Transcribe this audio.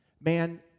man